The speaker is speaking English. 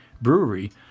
Brewery